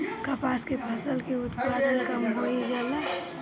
कपास के फसल के उत्पादन कम होइ जाला?